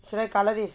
should I colour this